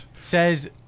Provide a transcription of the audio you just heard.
says